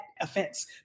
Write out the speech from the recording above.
Offense